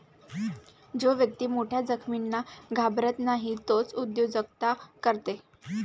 जो व्यक्ती मोठ्या जोखमींना घाबरत नाही तोच उद्योजकता करते